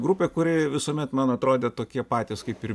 grupė kuri visuomet man atrodė tokie patys kaip ir